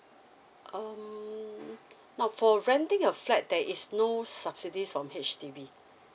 um now for renting a flat there is no subsidies from H_D_B